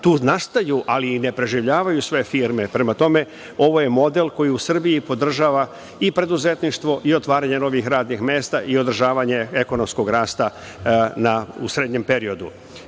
tu nastaju, ali i ne preživljavaju sve firme. Prema tome, ovo je model koji u Srbiji podržava i preduzetništvo i otvaranje novih radnih mesta i održavanje ekonomskog rasta u srednjem periodu. Želim